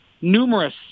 numerous